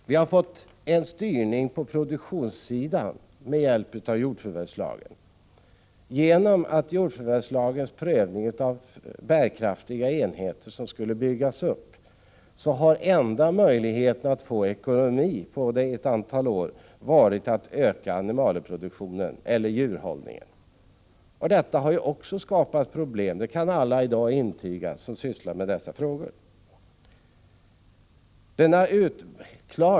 Vi har fått en styrning på produktionssidan med hjälp av jordförvärvslagen. Genom jordförvärvslagens krav på prövning av att bärkraftiga enheter byggs upp har enda möjligheten att få ekonomin att gå ihop på ett antal år varit att öka animalieproduktionen eller djurhållningen. Detta har också skapat problem. Det kan alla i dag som sysslar med dessa frågor intyga.